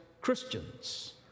Christians